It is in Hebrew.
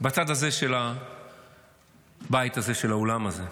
בצד הזה של הבית הזה, של האולם הזה?